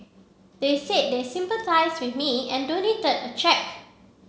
they said they sympathised with me and donated a cheque